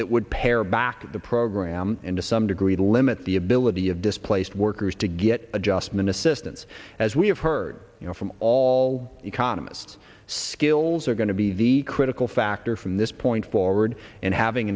that would pare back the program and to some degree to limit the ability of displaced workers to get adjustment assistance as we have heard you know from all economists skills are going to be the critical factor from this point forward and having